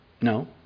No